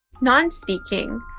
Non-speaking